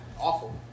awful